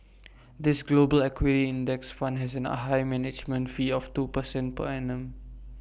this global equity index fund has A high management fee of two percent per annum